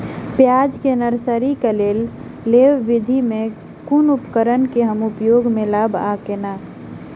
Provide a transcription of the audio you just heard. प्याज केँ नर्सरी केँ लेल लेव विधि म केँ कुन उपकरण केँ हम उपयोग म लाब आ केना?